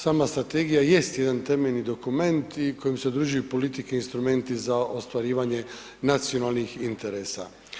Sama strategija jest jedan temeljni dokument i kojim se udružuju politike i instrumenti za ostvarivanje nacionalnih interesa.